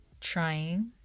Trying